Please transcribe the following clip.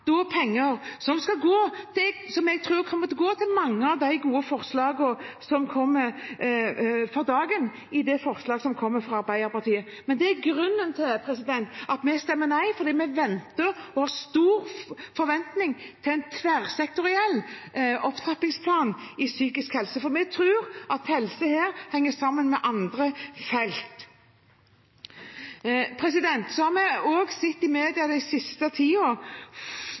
penger som jeg tror kommer til å gå til mange av de gode forslagene som kommer for dagen i representantforslaget som kommer fra Arbeiderpartiet. Men grunnen til at vi stemmer nei, er at vi venter på – og vi har stor forventning til – en tverrsektoriell opptrappingsplan innenfor psykisk helse, for vi tror at dette helsefeltet henger sammen med andre felt. Så har vi også sett i media den siste